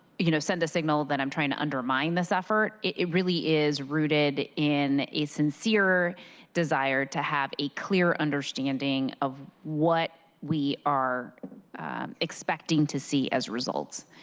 you know, send the signal that i'm trying to undermine this effort. it really is rooted in a sincere desire to have a clear understanding of what we are expecting to see as results.